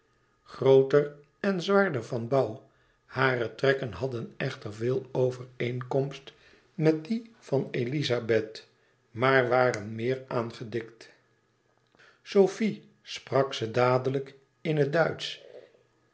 grooter en zwaarder van bouw hare trekken hadden echter veel overeenkomst met die van elizabeth maar waren meer aangedikt sofie sprak ze dadelijk in het duitsch